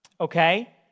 Okay